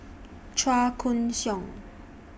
Chua Koon Siong